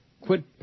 Quit